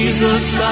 Jesus